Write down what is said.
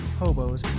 hobos